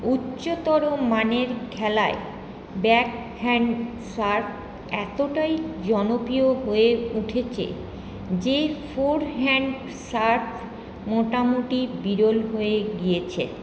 উচ্চতর মানের খেলায় ব্যাকহ্যাণ্ড সার্ভ এতটাই জনপ্রিয় হয়ে উঠেছে যে ফোরহ্যান্ড সার্ভ মোটামুটি বিরল হয়ে গিয়েছে